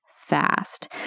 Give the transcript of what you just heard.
fast